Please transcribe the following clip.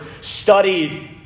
studied